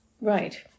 Right